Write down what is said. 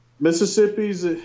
Mississippi's